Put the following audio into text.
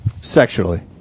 Sexually